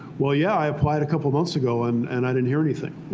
well, yeah, i applied a couple months ago, and and i didn't hear anything.